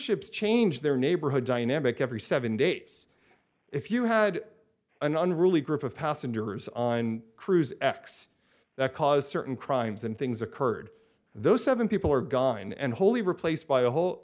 ships change their neighborhood dynamic every seven days if you had an unruly group of passengers on a cruise x that caused certain crimes and things occurred those seven people are gone and wholly replaced by a whole